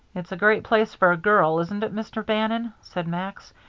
it's a great place for a girl, isn't it, mr. bannon, said max.